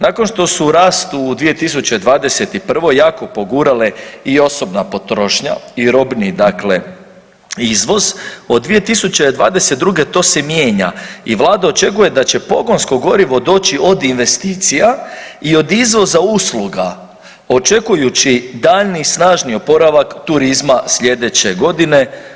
Nakon što su u rastu u 2021. jako pogurale i osobna potrošnja i robni izvoz od 2022. to se mijenja i vlada očekuje da će pogonsko gorivo doći od investicija i od izvoza usluga očekujući daljnji snažni oporavak turizma sljedeće godine.